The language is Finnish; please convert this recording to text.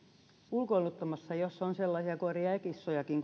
ulkoiluttamassa jos on sellaisia koiria ja ja kissojakin